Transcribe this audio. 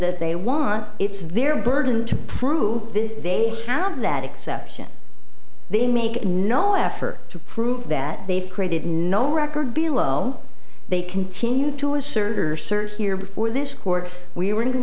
that they want it's their burden to prove they have that exception they make no effort to prove that they've created no record below they continue to assert or search here before this court we were